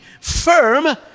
firm